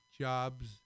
jobs